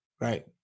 right